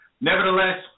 Nevertheless